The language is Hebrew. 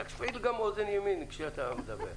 תפעיל גם את אוזן ימין כשאתה מדבר.